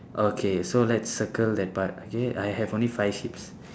okay so let's circle that part okay I have only five sheeps